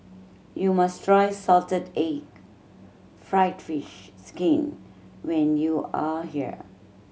you must try salted egg fried fish skin when you are here